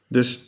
Dus